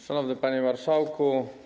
Szanowny Panie Marszałku!